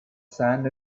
sand